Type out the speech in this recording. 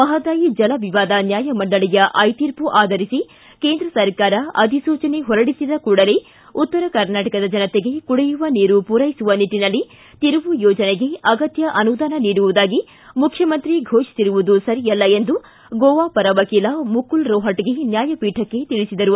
ಮಹದಾಯಿ ಜಲವಿವಾದ ನ್ಯಾಯಮಂಡಳಿಯ ಐತೀರ್ಪು ಆಧರಿಸಿ ಕೇಂದ್ರ ಸರ್ಕಾರ ಅಧಿಸೂಚನೆ ಹೊರಡಿಸಿದ ಕೂಡಲೇ ಉತ್ತರ ಕರ್ನಾಟಕದ ಜನತೆಗೆ ಕುಡಿಯುವ ನೀರು ಪೂರೈಸುವ ನಿಟ್ಟನಲ್ಲಿ ತಿರುವು ಯೋಜನೆಗೆ ಅಗತ್ಯ ಅನುದಾನ ನೀಡುವುದಾಗಿ ಮುಖ್ಯಮಂತ್ರಿ ಫೋಷಿಸಿರುವುದು ಸರಿಯಲ್ಲ ಎಂದು ಗೋವಾ ಪರ ವಕೀಲ ಮುಕುಲ್ ರೋಹಟ್ಗ ನ್ವಾಯಪೀಠಕ್ಕೆ ತಿಳಿಸಿದರು